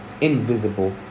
invisible